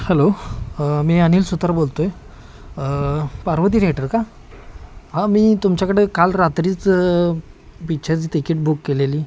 hello मी अनिल सुतार बोलतो आहे पार्वती थिएटर का हां मी तुमच्याकडे काल रात्रीच पिच्चरची तिकीट बुक केलेली